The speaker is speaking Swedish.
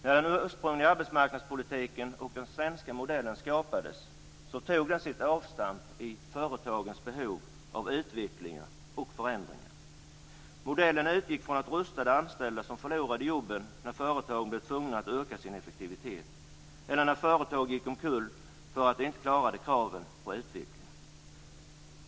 När den ursprungliga arbetsmarknadspolitiken och den svenska modellen skapades tog den sitt avstamp i företagens behov av utveckling och förändringar. Modellen utgick från att rusta de anställda som förlorade jobbet när företagen blev tvungna att öka sin effektivitet eller när företag gick omkull därför att de inte klarade kraven på utveckling.